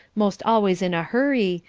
most always in a hurry,